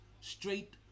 straight